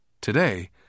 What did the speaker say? Today